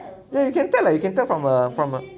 ya you can tell ah you can tell from a from a